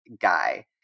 guy